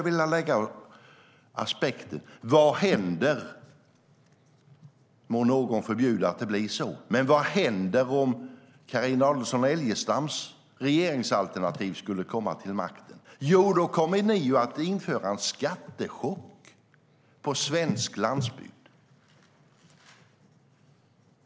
Må någon förbjuda att det blir så, men vad händer om ert regeringsalternativ kommer till makten, Carina Adolfsson Elgestam? Jo, då kommer ni att ge svensk landsbygd en skattechock.